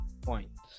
points